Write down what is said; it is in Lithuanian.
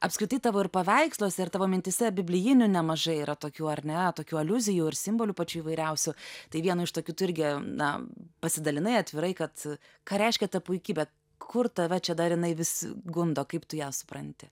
apskritai tavo ir paveiksluose ir tavo mintyse biblijinių nemažai yra tokių ar ne tokių aliuzijų ir simbolių pačių įvairiausių tai vienu iš tokių tu irgi na pasidalinai atvirai kad ką reiškia ta puikybė kur tave čia dar jinai vis gundo kaip tu ją supranti